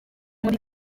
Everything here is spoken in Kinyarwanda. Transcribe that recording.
muri